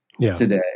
today